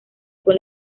con